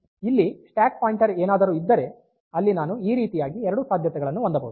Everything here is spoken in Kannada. ಇಲ್ಲಿ ಸ್ಟಾಕ್ ಪಾಯಿಂಟರ್ ಏನಾದರು ಇದ್ದರೆ ಅಲ್ಲಿ ನಾನು ಈ ರೀತಿಯಾಗಿ ಎರಡು ಸಾಧ್ಯತೆಗಳನ್ನು ಹೊಂದಬಹುದು